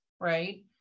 right